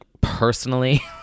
personally